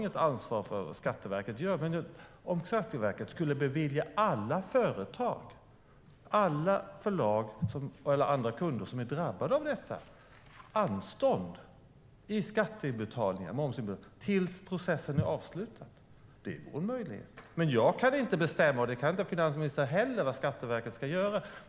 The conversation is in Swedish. Men en möjlighet vore om Skatteverket skulle bevilja alla företag, förlag eller andra kunder, som är drabbade av detta anstånd med momsinbetalningar tills processen är avslutad. Jag kan inte bestämma - och det kan inte finansministern heller - vad Skatteverket ska göra.